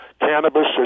Cannabis